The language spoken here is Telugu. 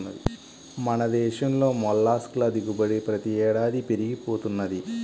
మన దేశంలో మొల్లస్క్ ల దిగుబడి ప్రతి ఏడాదికీ పెరిగి పోతున్నది